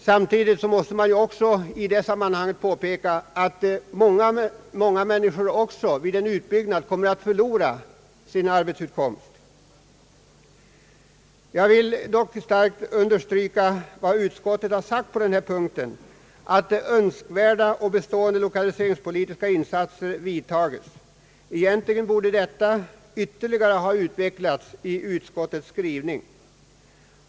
Samtidigt måste man i detta sammanhang påpeka, att många människor kommer att förlora sin arbetsutkomst i samband med en utbyggnad. Jag vill dock starkt understryka vad utskottet har sagt om att önskvärda och bestående lokaliseringspolitiska åtgärder skall vidtagas. Egentligen borde detta ytterligare ha utvecklats i utskottets skrivning.